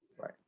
Right